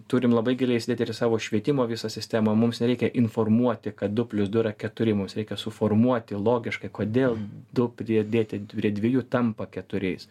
turim labai giliai įsidėt ir į savo švietimo visą sistemą mums nereikia informuoti kad du plius du yra keturi mums reikia suformuoti logiškai kodėl du pridėti prie dviejų tampa keturiais